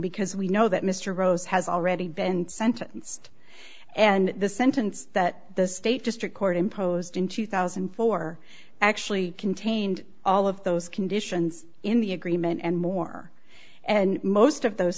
because we know that mr rose has already been sentenced and the sentence that the state district court imposed in two thousand and four actually contained all of those conditions in the agreement and more and most of those